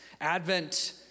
Advent